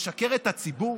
לשקר לציבור?